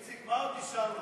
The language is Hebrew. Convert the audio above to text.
איציק, מה עוד נשאר לומר?